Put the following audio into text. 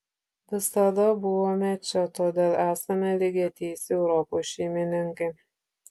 visada buvome čia todėl esame lygiateisiai europos šeimininkai